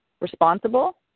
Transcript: responsible